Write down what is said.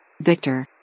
Victor